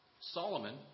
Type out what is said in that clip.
Solomon